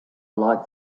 like